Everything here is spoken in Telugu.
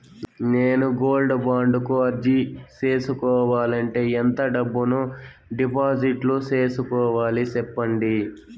నేను గోల్డ్ బాండు కు అర్జీ సేసుకోవాలంటే ఎంత డబ్బును డిపాజిట్లు సేసుకోవాలి సెప్పండి